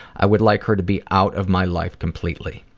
i would like her to be out of my life completely.